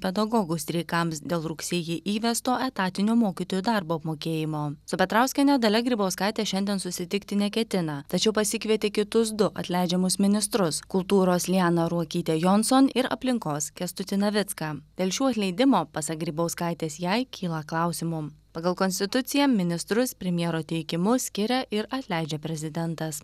pedagogų streikams dėl rugsėjį įvesto etatinio mokytojų darbo apmokėjimo su petrauskiene dalia grybauskaitė šiandien susitikti neketina tačiau pasikvietė kitus du atleidžiamus ministrus kultūros liana ruokytė jonson ir aplinkos kęstutį navicką dėl šių atleidimo pasak grybauskaitės jai kyla klausimų pagal konstituciją ministrus premjero teikimu skiria ir atleidžia prezidentas